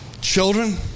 children